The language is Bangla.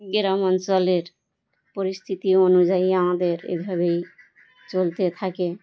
গ্রাম অঞ্চলের পরিস্থিতি অনুযায়ী আমাদের এ ভাবেই চলতে থাকে